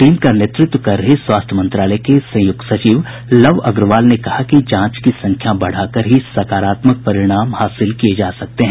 team का नेतृत्व कर रहे स्वास्थ्य मंत्रालय के संयुक्त सचिव लव अग्रवाल ने कहा कि जांच की संख्या बढ़ाकर ही सकारात्मक परिणाम हासिल किये जा सकते हैं